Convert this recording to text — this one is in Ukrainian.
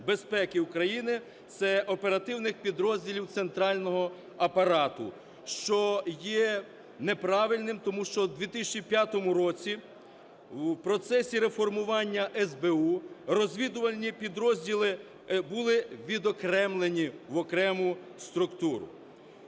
безпеки України, це оперативних підрозділів центрального апарату, що є неправильним. Тому що у 2005 році у процесі реформування СБУ розвідувальні підрозділи були відокремлені в окрему структуру.